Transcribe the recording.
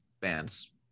bands